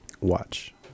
Watch